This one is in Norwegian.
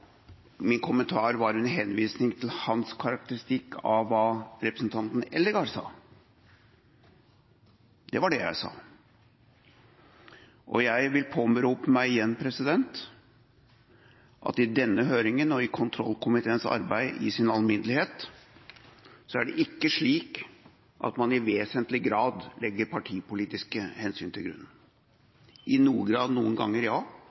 min kommentar var under henvisning til hans karakteristikk av hva representanten Eldegard sa. Det var det jeg sa. Jeg vil igjen påberope meg at i denne høringen og i kontrollkomiteens arbeid i sin alminnelighet er det ikke slik at man i vesentlig grad legger partipolitiske hensyn til grunn – noen ganger i noen grad, ja,